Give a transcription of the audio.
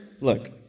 look